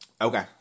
Okay